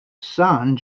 son